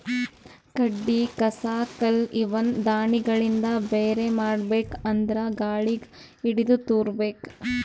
ಕಡ್ಡಿ ಕಸ ಕಲ್ಲ್ ಇವನ್ನ ದಾಣಿಗಳಿಂದ ಬ್ಯಾರೆ ಮಾಡ್ಬೇಕ್ ಅಂದ್ರ ಗಾಳಿಗ್ ಹಿಡದು ತೂರಬೇಕು